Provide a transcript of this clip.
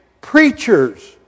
preachers